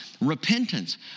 repentance